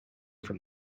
from